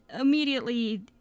immediately